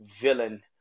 villain